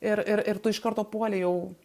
ir ir ir tu iš karto puoli jau